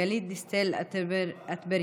גלית דיסטל אטבריאן,